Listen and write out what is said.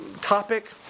topic